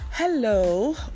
hello